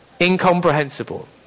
incomprehensible